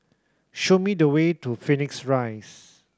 show me the way to Phoenix Rise